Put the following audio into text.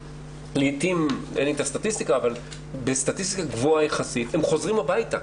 אין לי את הסטטיסטיקה אבל בסטטיסטיקה גבוהה יחסית הם חוזרים הביתה.